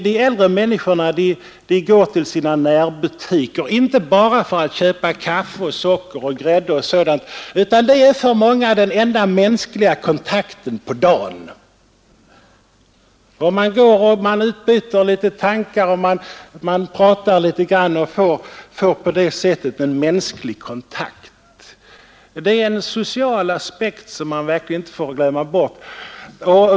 De äldre människorna går till sina närbutiker inte bara för att köpa kaffe, socker och grädde, utan för många av dem är besöket i butiken den enda mänskliga kontakten under dagen. Då utbyter man tankar och pratar litet och får på det sättet kontakt med andra människor. Det är en social aspekt som man inte får glömma bort.